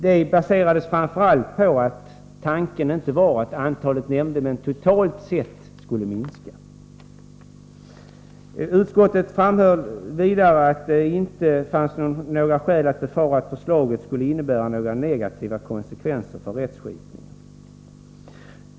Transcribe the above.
Det baserades framför allt på att tanken inte var att antalet nämndemän totalt sett skulle minska. Utskottet menade vidare att det inte fanns några skäl att befara att förslaget skulle innebära negativa konsekvenser för rättskipningen.